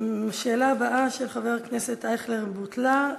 השאלה הבאה, של חבר הכנסת אייכלר, בוטלה,